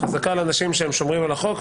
חזקה על אנשים שהם שומרים על החוק,